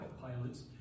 Pilots